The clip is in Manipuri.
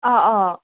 ꯑꯥ ꯑꯥ